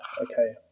okay